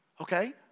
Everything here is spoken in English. Okay